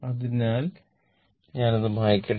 അതിനാൽ ഞാൻ അത് മായ്ക്കട്ടെ